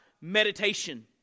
meditation